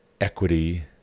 equity